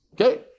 Okay